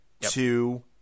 two